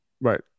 Right